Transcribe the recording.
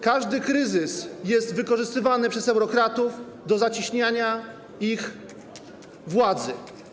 Każdy kryzys jest wykorzystywany przez eurokratów do zacieśniania ich władzy.